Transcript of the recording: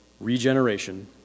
regeneration